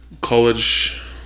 college